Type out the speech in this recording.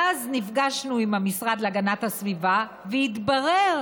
ואז נפגשנו עם המשרד להגנת הסביבה והתברר,